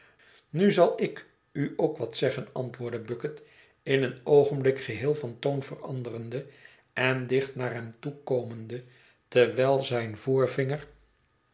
nu zal ik u ook wat zeggen antwoordt bucket in een oogenblik geheel van toon veranderende en dicht naar hem toe komende terwijl zijn